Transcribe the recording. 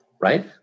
right